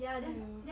!haiyo!